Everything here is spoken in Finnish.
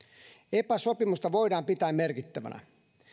epa sopimusta voidaan pitää merkittävänä